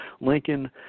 Lincoln